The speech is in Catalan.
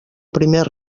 primer